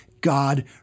God